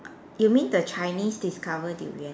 you mean the Chinese discover durian